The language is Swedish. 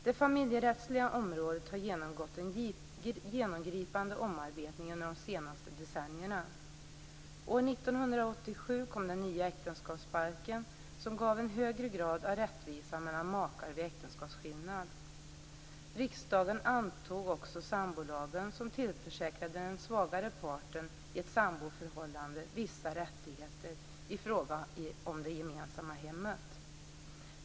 Det familjerättsliga området har genomgått en genomgripande omarbetning under de senaste decennierna. År 1987 kom den nya äktenskapsbalken som gav en högre grad av rättvisa mellan makar vid äktenskapsskillnad. Riksdagen antog också sambolagen som tillförsäkrade den svagare parten i ett samboförhållande vissa rättigheter i fråga om det gemensamma hemmet.